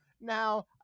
now